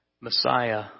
Messiah